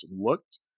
looked